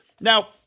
Now